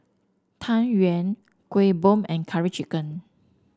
Tang Yuen Kueh Bom and Curry Chicken